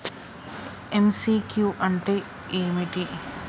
MCQ అంటే ఏమిటి?